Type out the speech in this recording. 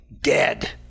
dead